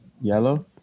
Yellow